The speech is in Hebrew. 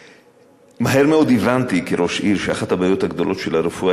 מהר מאוד הבנתי כראש עיר שאחת הבעיות הגדולות של הרפואה